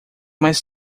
mais